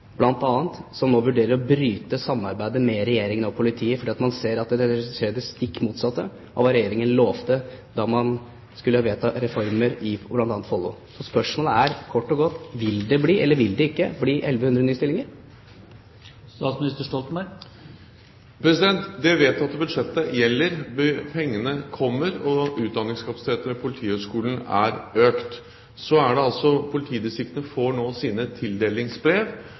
som nå vurderer å bryte samarbeidet med Regjeringen og politiet fordi man ser at nå skjer det stikk motsatte av hva Regjeringen lovte da man skulle vedta reformer i bl.a. Follo. Spørsmålet er kort og godt: Vil det bli eller vil det ikke bli 1 100 nye stillinger? Det vedtatte budsjettet gjelder, pengene kommer, og utdanningskapasiteten ved Politihøgskolen er økt. Politidistriktene får nå sine tildelingsbrev,